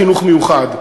לחינוך מיוחד,